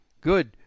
good